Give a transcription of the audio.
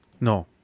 No